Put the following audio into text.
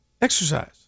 exercise